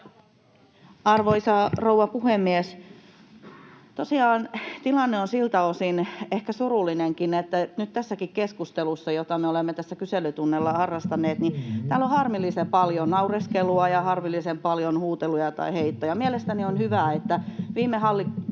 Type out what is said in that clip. Arvoisa rouva puhemies! Tosiaan tilanne on ehkä surullinenkin siltä osin, että nyt tässäkin keskustelussa, jota me olemme tässä kyselytunnilla harrastaneet, täällä on harmillisen paljon naureskelua ja harmillisen paljon huuteluja tai heittoja. Mielestäni on hyvä, että viime